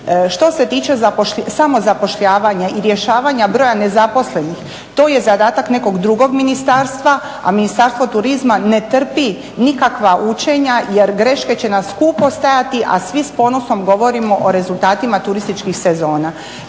Što se tiče samozapošljavanja i rješavanja broja nezaposlenih to je zadatak nekog drugog ministarstva, a Ministarstvo turizma ne trpi nikakva učenja jer greške će nas skupo stajati, a svi s ponosom govorimo o rezultatima turističkih sezona.